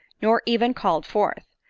nor even called forth.